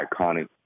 iconic